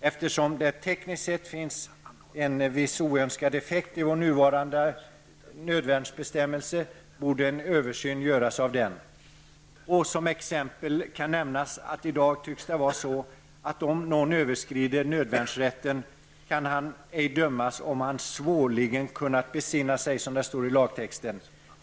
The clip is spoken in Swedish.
Eftersom det tekniskt sett finns en viss oönskad effekt i vår nuvarande nödvärnsbestämmelse, borde det göras en översyn av den. Som exempel kan nämnas att i dag tycks det vara så att om någon överskrider nödvärnsrätten kan han ej dömas om han svårligen kunnat besinna sig, som det står i lagtexten.